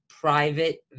private